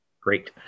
Great